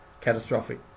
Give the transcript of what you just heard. catastrophic